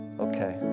Okay